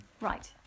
Right